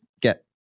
get